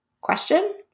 question